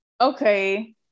Okay